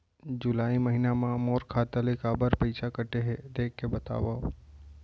जुलाई महीना मा मोर खाता ले काबर पइसा कटे हे, देख के बतावव?